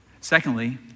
Secondly